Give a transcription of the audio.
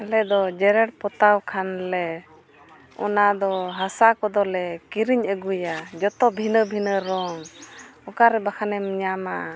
ᱟᱞᱮ ᱫᱚ ᱡᱮᱨᱮᱲ ᱯᱚᱛᱟᱣ ᱠᱷᱟᱱ ᱞᱮ ᱚᱱᱟ ᱫᱚ ᱦᱟᱥᱟ ᱠᱚᱫᱚᱞᱮ ᱠᱤᱨᱤᱧ ᱟᱹᱜᱩᱭᱟ ᱡᱚᱛᱚ ᱵᱷᱤᱱᱟᱹ ᱵᱷᱤᱱᱟᱹ ᱨᱚᱝ ᱚᱠᱟᱨᱮ ᱵᱟᱠᱷᱟᱱ ᱮᱢ ᱧᱟᱢᱟ